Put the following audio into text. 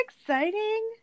exciting